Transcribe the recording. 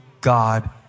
God